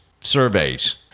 surveys